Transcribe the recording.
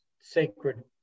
sacred